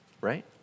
right